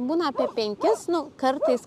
būna apie penkis nu kartais